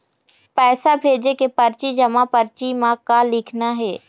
पैसा भेजे के परची जमा परची म का लिखना हे?